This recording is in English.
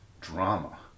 drama